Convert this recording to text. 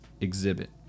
exhibit